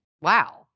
Wow